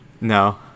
No